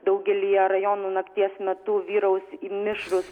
daugelyje rajonų nakties metu vyraus mišrūs